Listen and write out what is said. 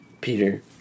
Peter